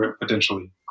potentially